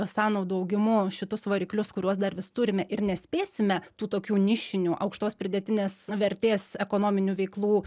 sąnaudų augimu šitus variklius kuriuos dar vis turime ir nespėsime tų tokių nišinių aukštos pridėtinės vertės ekonominių veiklų